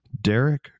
Derek